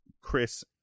Chris